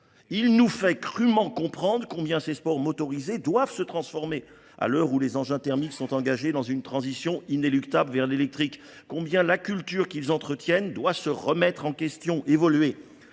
Il nous fait crûment comprendre combien ces sports motorisés doivent se transformer à l'heure où les engins thermiques sont engagés dans une transition inéluctable vers l'électrique, combien la culture qu'ils entretiennent doit se remettre en question, évoluer.